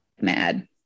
mad